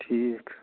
ٹھیٖک